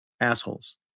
assholes